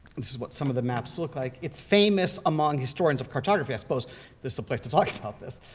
this is what some of the maps look like. it's famous among historians of cartography. i suppose this is the place to talk about this.